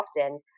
often